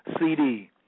CD